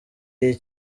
iyi